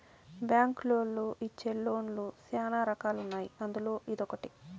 బ్యాంకులోళ్ళు ఇచ్చే లోన్ లు శ్యానా రకాలు ఉన్నాయి అందులో ఇదొకటి